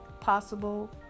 possible